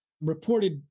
reported